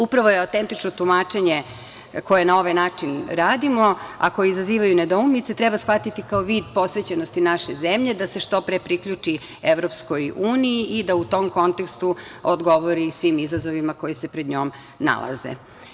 Upravo autentično tumačenje koje na ovaj način radimo, a koje izaziva nedoumice treba shvatiti kao vid posvećenosti naše zemlje da se što pre priključi Evropskoj uniji i da u tom kontekstu odgovori svim izazovima koji se pred njom nalaze.